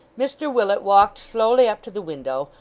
mr willet walked slowly up to the window,